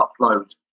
upload